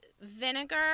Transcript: vinegar